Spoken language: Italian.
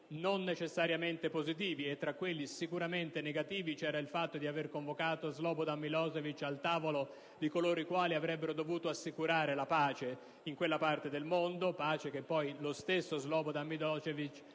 non necessariamente positivi. Tra quelli sicuramente negativi c'era il fatto di aver convocato Slobodan Milosevic al tavolo di coloro i quali avrebbero dovuto assicurare la pace in quella parte del mondo, pace che lo stesso Slobodan Milosevic